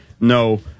No